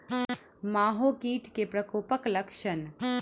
माहो कीट केँ प्रकोपक लक्षण?